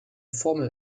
formel